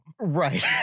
Right